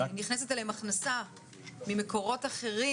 שנכנסת אליהם הכנסה ממקורות אחרים,